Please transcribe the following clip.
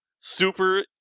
Super